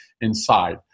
inside